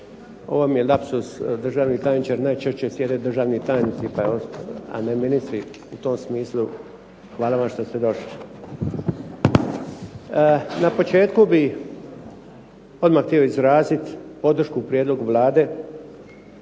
Ovo mi je lapsus državni tajniče, jer najčešće sjede državni tajnici a ne ministri. U tom smislu hvala vam što ste došli. Na početku bih odmah htio izraziti podršku prijedlogu Vlade